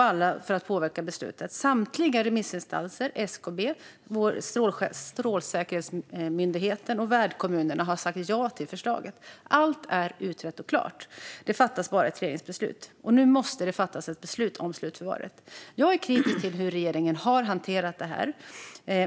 Alla som påverkas av beslutet, samtliga remissinstanser - SKB, Strålsäkerhetsmyndigheten och värdkommunerna - har sagt ja till förslaget. Allt är utrett och klart. Det fattas bara ett regeringsbeslut. Nu måste ett beslut fattas om slutförvaret. Jag är kritisk till hur regeringen har hanterat det här.